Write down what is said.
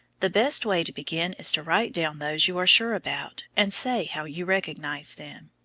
the best way to begin is to write down those you are sure about, and say how you recognise them.